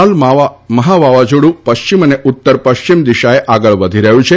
હાલ મહા વાવાઝોડું પશ્ચિમ અને ઉત્તર પશ્ચિમ દિશાએ આગળ વધી રહ્યું છે